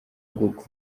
google